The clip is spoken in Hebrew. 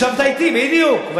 ישבת אתי וראית